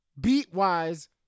Beat-wise